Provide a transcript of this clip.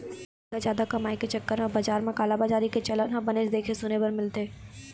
पइसा जादा कमाए के चक्कर म बजार म कालाबजारी के चलन ह बनेच देखे सुने बर मिलथे